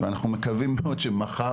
ואנחנו מקווים מאוד שמחר,